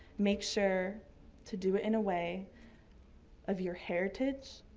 make sure to do it in a way of your heritage,